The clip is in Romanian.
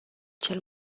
cel